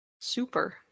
super